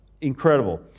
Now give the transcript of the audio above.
incredible